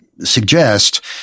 suggest